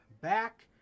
back